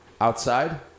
outside